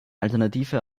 alternative